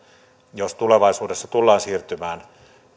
jos tulevaisuudessa tullaan siirtymään